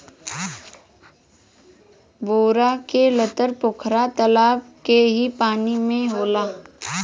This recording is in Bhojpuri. बेरा के लतर पोखरा तलाब के ही पानी में होला